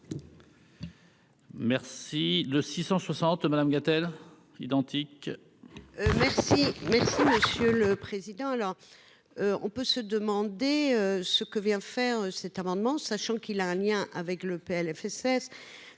Merci de 660 Madame Gatel identique. Merci, merci Monsieur le Président, là on peut se demander ce que vient faire cet amendement, sachant qu'il a un lien avec le PLFSS